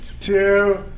two